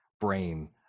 brain